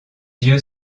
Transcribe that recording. yeux